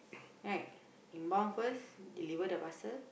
right inbound first deliver the parcel